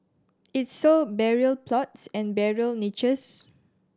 it sold burial plots and burial niches